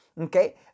Okay